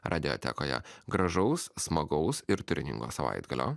radiotekoje gražaus smagaus ir turiningo savaitgalio